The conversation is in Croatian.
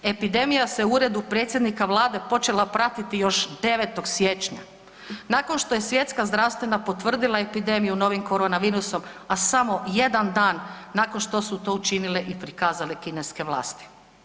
Epidemija se u Uredu predsjednika Vlade počela pratiti još 9. Siječnja nakon što je Svjetska zdravstvena potvrdila epidemiju novim corona virusom, a samo jedan dan nakon što su to učinile i prikazale kineske vlasti.